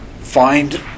find